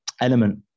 element